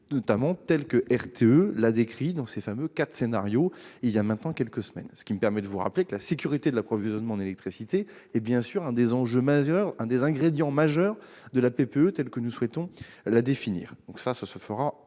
notamment telle que RTE l'a décrite dans ses fameux cinq scénarios voilà maintenant quelques semaines. Cela me permet de vous rappeler que la sécurité de l'approvisionnement en électricité est, bien sûr, l'un des ingrédients majeurs de la PPE telle que nous souhaitons la définir. Cela se fera